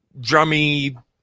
drummy